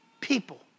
people